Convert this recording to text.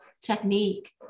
technique